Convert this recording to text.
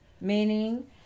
Meaning